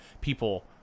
people